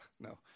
No